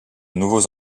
nouveaux